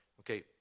Okay